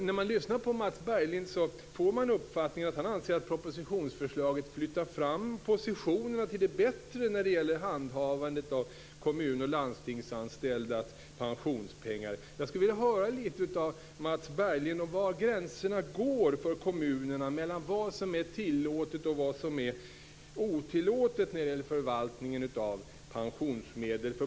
När man lyssnar på Mats Berglind får man den uppfattningen att han anser att propositionsförslaget flyttar fram positionerna till det bättre när det gäller handhavandet av kommun och landstingsanställdas pensionspengar. Jag skulle vilja höra litet från Mats Berglind om var gränserna går mellan vad som är tillåtet och vad som är otillåtet för kommunerna när det gäller förvaltningen av pensionsmedel.